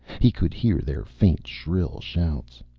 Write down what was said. he could hear their faint shrill shouts.